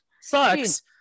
sucks